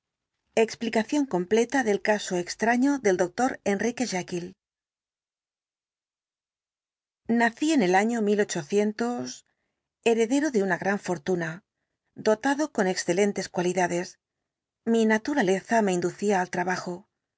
explicación completa del caso extraño del de enrique jekyll nací en el año de heredero de una gran fortuna dotado con excelentes cualidades mi naturaleza me inducía al trabajo